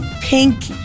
pink